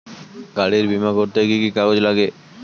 গাড়ীর বিমা করতে কি কি কাগজ লাগে?